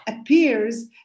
appears